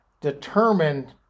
determine